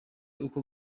uko